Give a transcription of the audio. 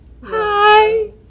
Hi